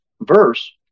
verse